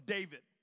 David